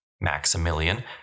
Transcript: Maximilian